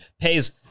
pays